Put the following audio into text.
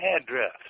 address